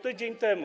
Tydzień temu.